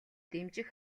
дэмжих